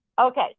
Okay